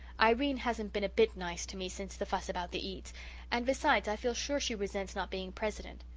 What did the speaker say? irene hasn't been a bit nice to me since the fuss about the eats and besides i feel sure she resents not being president.